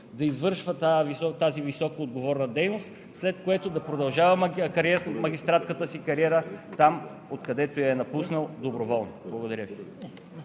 да извършва тази високо отговорна дейност, след което да продължава магистратската си кариера там, откъдето я е напуснал доброволно. Благодаря Ви.